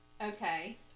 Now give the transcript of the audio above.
okay